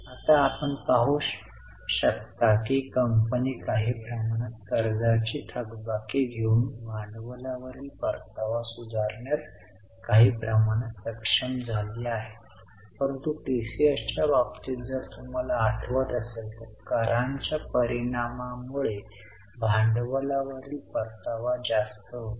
आता आपण येथे पाहू शकता की कंपनी काही प्रमाणात कर्जाची थकबाकी घेऊन भांडवलावरील परतावा सुधारण्यास काही प्रमाणात सक्षम झाली आहे परंतु टीसीएसच्या बाबतीत जर तुम्हाला आठवत असेल तर करांच्या परिणामामुळे भांडवलावरील परतावा जास्त होता